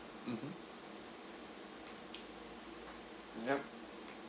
mmhmm yup